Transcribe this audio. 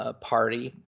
party